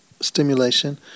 stimulation